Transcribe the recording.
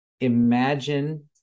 Imagine